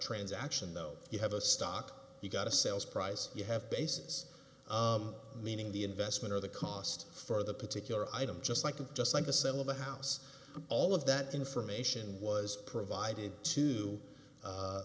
transaction though you have a stock you've got a sales price you have basis of meaning the investment or the cost for the particular item just like you just like to sell of a house all of that information was provided to